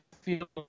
feel